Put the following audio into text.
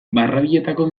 barrabiletako